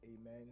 amen